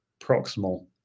proximal